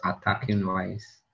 attacking-wise